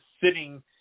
sitting